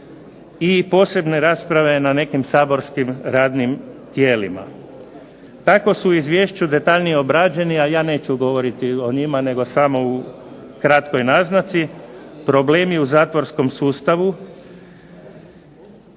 i posebne rasprave na nekim saborskim radnim tijelima. Tako su u izvješću detaljnije obrađeni, a ja neću govoriti o njima, nego samo u kratkoj naznaci, problemi u zatvorskom sustavu,